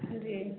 हाँ जी